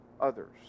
others